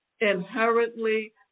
inherently